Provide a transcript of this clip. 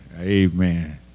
Amen